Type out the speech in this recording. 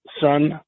son